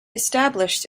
established